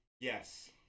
Yes